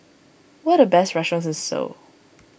what are the best restaurants in Seoul